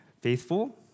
faithful